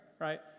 right